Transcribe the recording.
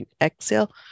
Exhale